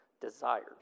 desires